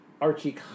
Archie